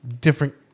different